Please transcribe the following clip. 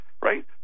right